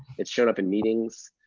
it showed up in meetings.